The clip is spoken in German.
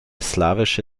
slawische